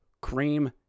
cream